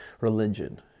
religion